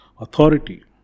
authority